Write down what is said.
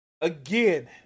Again